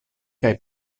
kaj